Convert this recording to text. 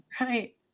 Right